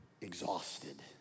exhausted